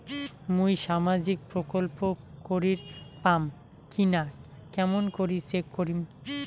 মুই সামাজিক প্রকল্প করির পাম কিনা কেমন করি চেক করিম?